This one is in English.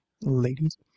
Ladies